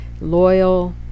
loyal